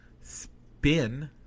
spin